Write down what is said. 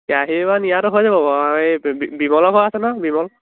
কেৰাহী বাৰু নিয়াতো হৈ যাব বাৰু এই বি বিমলৰ ঘৰ আছে নহয় বিমল